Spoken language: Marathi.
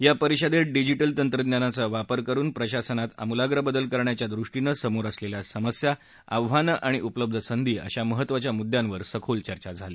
या परिषदेत डिजिटल तंत्रज्ञानाचा वापर करून प्रशासनात आमूलाप्र बदलकरण्याच्या दृष्टीने समोर असलेल्या समस्या आव्हानं आणि उपलब्ध संधी अशामहत्त्वाच्या मुद्यांवर सखोल चर्चा झाली